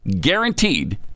Guaranteed